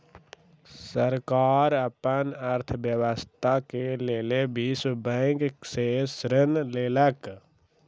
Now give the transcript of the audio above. सरकार अपन अर्थव्यवस्था के लेल विश्व बैंक से ऋण लेलक